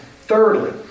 thirdly